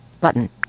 button